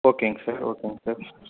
ஓகேங்க சார் ஓகேங்க சார்